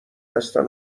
هستن